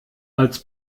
als